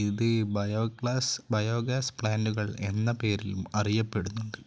ഇത് bioglass biogas പ്ലാൻറുകൾ എന്ന പേരിലും അറിയപ്പെടുന്നുണ്ട്